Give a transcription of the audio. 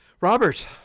Robert